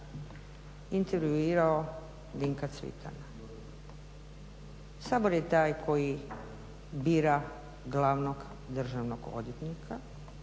intervjuirao Dinka Cvitana. Sabor je taj koji bira glavnog državnog odvjetnika